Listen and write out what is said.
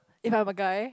if I'm a guy